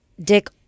Dick